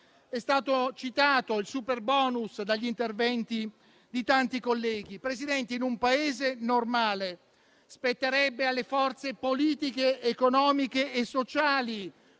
È stato citato il superbonus negli interventi di tanti colleghi. Presidente, in un Paese normale spetterebbe alle forze politiche, economiche e sociali